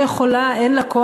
זה בא בנוסף,